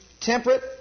temperate